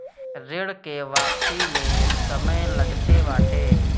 ऋण के वापसी में समय लगते बाटे